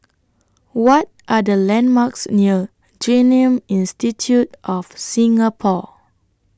What Are The landmarks near Genome Institute of Singapore